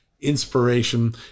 inspiration